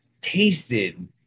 tasted